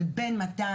אבל בין 200